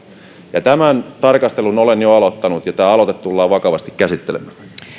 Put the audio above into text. tämän tarkastelun olen jo aloittanut ja tämä aloite tullaan vakavasti käsittelemään